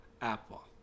apple